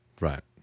Right